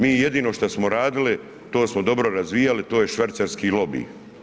Mi jedino što smo radili, to smo dobro razvijali, to je švercerski lobi.